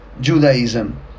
Judaism